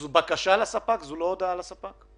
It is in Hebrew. וגם ההתעקשות שלנו כאן בוועדת הכספים מול האוצר,